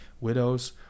widows